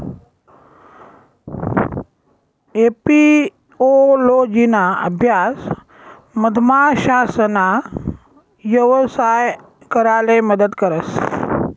एपिओलोजिना अभ्यास मधमाशासना यवसाय कराले मदत करस